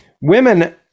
women